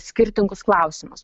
skirtingus klausimus